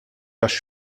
tax